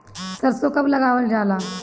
सरसो कब लगावल जाला?